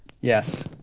yes